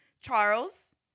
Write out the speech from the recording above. Charles